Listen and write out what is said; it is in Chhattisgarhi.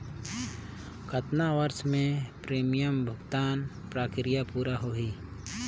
कतना वर्ष मे प्रीमियम भुगतान प्रक्रिया पूरा होही?